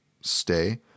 stay